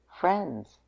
friends